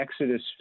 Exodus